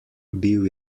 bil